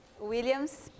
Williams